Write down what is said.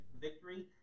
victory